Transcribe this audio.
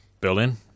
Berlin